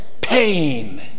Pain